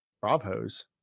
Bravo's